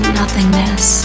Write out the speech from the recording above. nothingness